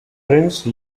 prince